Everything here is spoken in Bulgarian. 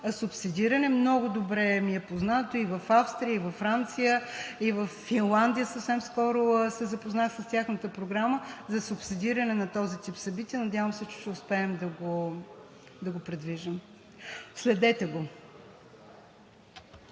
субсидиране. Много добре ми е познато – и в Австрия, и във Франция, и във Финландия, и съвсем скоро се запознах с тяхната програма за субсидиране на този тип събития, надявам се, че ще успеем да го придвижим. Следете го!